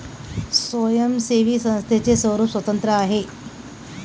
स्वयंसेवी संस्थेचे स्वरूप स्वतंत्र आहे